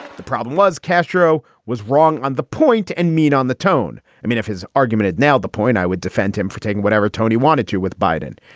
the problem was castro was wrong on the point and mean on the tone. i mean, if his argument is now the point, i would defend him for taking whatever tony wanted to with biden.